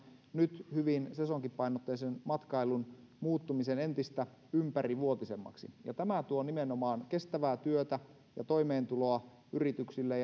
nyt hyvin sesonkipainotteisen matkailun muuttumisen entistä ympärivuotisemmaksi ja tämä tuo nimenomaan kestävää työtä ja toimeentuloa yrityksille